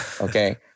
Okay